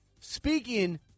Speaking